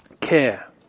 care